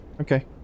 Okay